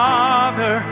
Father